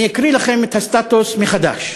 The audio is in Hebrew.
אני אקריא לכם את הסטטוס מחדש: